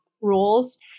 rules